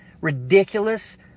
ridiculous